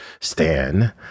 Stan